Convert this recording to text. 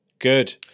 Good